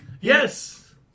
Yes